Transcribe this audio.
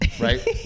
right